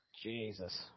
Jesus